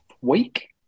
Week